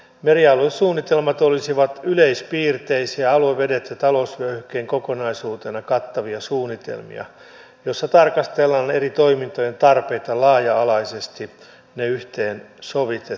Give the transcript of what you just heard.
merialuesuunnitelmat olisivat yleispiirteisiä aluevedet ja talousvyöhykkeen kokonaisuutena kattavia suunnitelmia joissa tarkastellaan eri toimintojen tarpeita ne laaja alaisesti yhteen sovittaen